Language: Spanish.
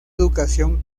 educación